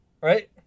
Right